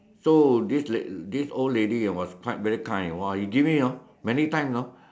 so this this old lady was very kind !wah! he give me you know many times you know